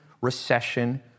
recession